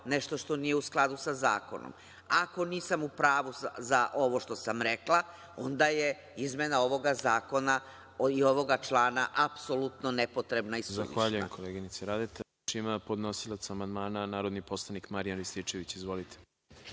nešto što nije u skladu sa zakonom. Ako nisam u pravu za ovo što sam rekla, onda je izmena ovog zakona i ovog člana, apsolutno nepotrebna i suvišna.